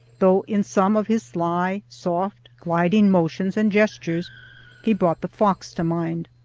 though in some of his sly, soft, gliding motions and gestures he brought the fox to mind.